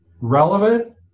relevant